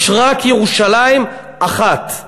יש רק ירושלים אחת.